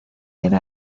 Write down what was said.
debe